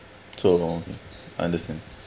so long understand